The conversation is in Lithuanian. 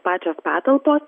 pačios patalpos